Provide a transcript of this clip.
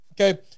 Okay